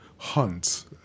hunt